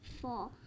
four